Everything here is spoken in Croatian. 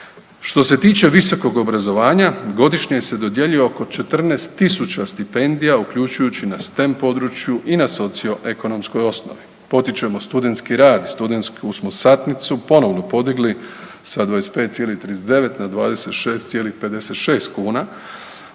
Što se tiče visokog obrazovanja, godišnje se dodjeljuje oko 14 tisuća stipendija, uključujući na STEM području i na socio-ekonomskoj osnovi. Potičemo studentski rad i studentsku smo satnicu ponovno podigli sa 25,39 na 26,56 kuna,